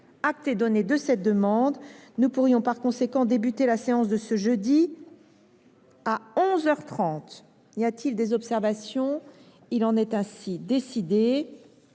Acte est donné de cette demande. Nous pourrions par conséquent débuter la séance de ce jeudi à onze heures trente. Y a t il des observations ?… Il en est ainsi décidé.